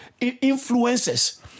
influences